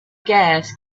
gas